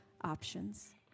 options